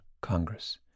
Congress